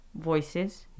voices